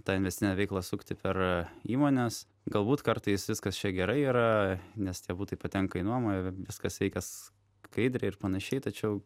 tą investinę veiklą sukti per įmones galbūt kartais viskas čia gerai yra nes tie butai patenka į nuomą viskas veikia skaidriai ir panašiai tačiau